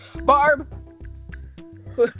barb